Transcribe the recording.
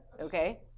okay